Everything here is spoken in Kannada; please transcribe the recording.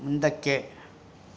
ಮುಂದಕ್ಕೆ